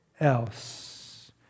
else